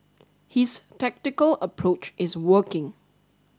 his tactical approach is working